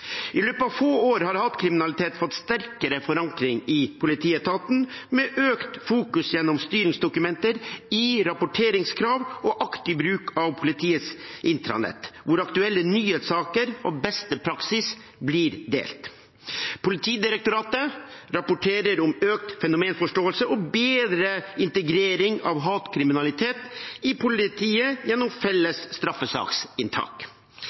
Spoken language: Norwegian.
I løpet av få år har hatkriminalitet fått sterkere forankring i politietaten, med økt fokusering gjennom styringsdokumenter, i rapporteringskrav og gjennom aktiv bruk av politiets intranett, hvor aktuelle nye saker og beste praksis blir delt. Politidirektoratet rapporterer om økt fenomenforståelse og bedre integrering av hatkriminalitet i politiet gjennom